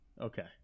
Okay